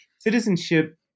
Citizenship